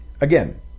Again